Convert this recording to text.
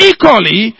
Equally